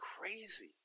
crazy